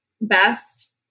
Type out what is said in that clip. Best